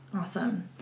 Awesome